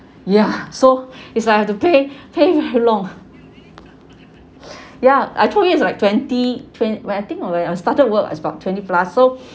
ya so it's like I have to pay pay very long ya I told you is like twenty twen~ when I think when I started work I was about twenty plus so